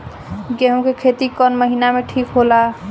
गेहूं के खेती कौन महीना में ठीक होला?